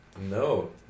no